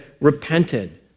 repented